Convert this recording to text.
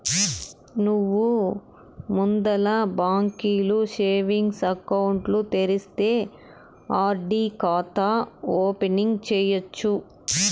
నువ్వు ముందల బాంకీల సేవింగ్స్ ఎకౌంటు తెరిస్తే ఆర్.డి కాతా ఓపెనింగ్ సేయచ్చు